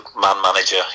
man-manager